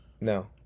No